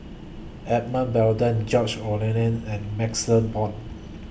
Edmund Blundell George Oehlers and MaxLe Blond